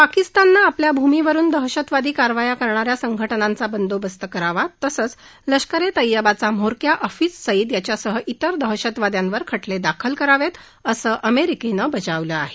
पाकिस्ताननं आपल्या भूमीवरुन दहशतवादी कारवाया करणा या संघटनाचा बंदोबस्त करावा तसंच लष्करे तयबाचा म्होरक्या हफिज सईद याच्यासह जिर दहशतवाद्यांवर खटले दाखल करावेत असं अमेरिकेनं बजावलं आहे